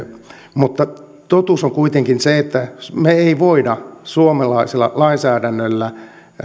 mutta totuus on kuitenkin se että me emme voi suomalaisella lainsäädännöllä